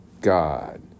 God